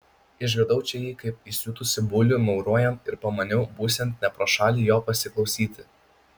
išgirdau čia jį kaip įsiutusį bulių maurojant ir pamaniau būsiant ne pro šalį jo pasiklausyti